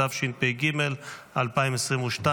התשפ"ג 2022,